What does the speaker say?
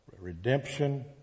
redemption